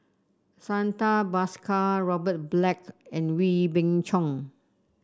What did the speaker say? Santha Bhaskar Robert Black and Wee Beng Chong